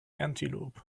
antelope